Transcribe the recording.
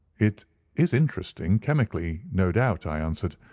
it is interesting, chemically, no doubt, i answered,